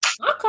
Okay